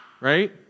Right